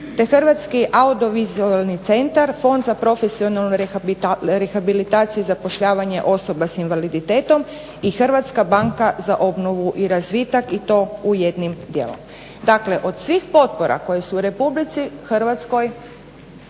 Hrvatski audiovizualni centar, Fond za profesionalnu rehabilitaciju i zapošljavanje osoba s invaliditetom i HBOR i to u jednom dijelu. Dakle od svih potpora koje su RH dane,